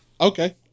Okay